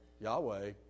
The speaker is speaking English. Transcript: Yahweh